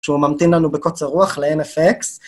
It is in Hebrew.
שהוא ממתין לנו בקוצר רוח ל-NFX.